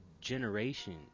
generation